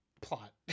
plot